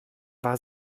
war